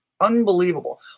Unbelievable